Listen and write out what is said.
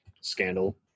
scandal